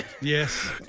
Yes